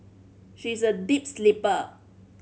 she is a deep sleeper